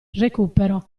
recupero